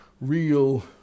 real